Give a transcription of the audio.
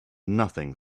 nothing